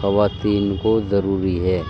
خواتین کو ضروری ہے